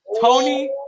Tony